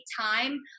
time